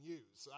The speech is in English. use